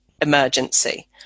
emergency